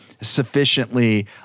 sufficiently